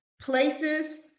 places